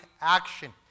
action